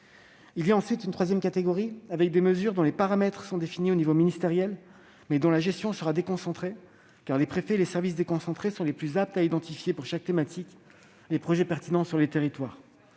régionalisés. Troisièmement, il y a des mesures dont les paramètres sont définis au niveau ministériel, mais dont la gestion sera déconcentrée, car les préfets et les services déconcentrés sont les plus aptes à identifier pour chaque thématique les projets pertinents sur les territoires.